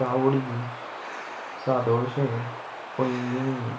चावडी सादोळशें पैगिणी